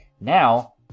now